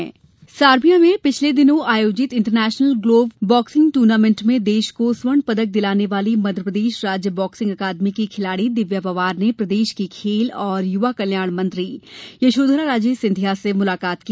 बार्किंसग Serbia में पिछले दिनों आयोजित international golden glove boxing tournament में देश को स्वर्ण पदक दिलाने वाली मध्यप्रदेश राज्य बार्किंसग अकादमी की खिलाड़ी दिव्या पवार ने प्रदेश की खेल और युवा कल्याण मंत्री यशोधरा राजे सिंधिया से मुलाकात की